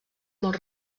molt